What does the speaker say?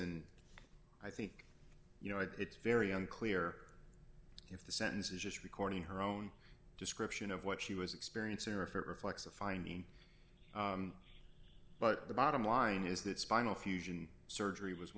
and i think you know it's very unclear if the sentence is just recording her own description of what she was experiencing or if it reflects a finding but the bottom line is that spinal fusion surgery was